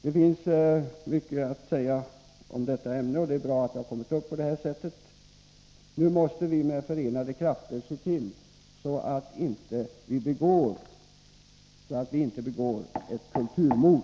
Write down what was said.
Det finns mycket att säga om detta ämne, och det är bra att det har kommit upp på det här sättet. Nu måste vi med förenade krafter se till att vi inte begår ett kulturmord.